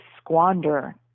squander